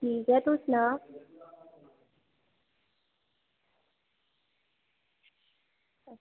ठीक ऐ तूं सनांऽ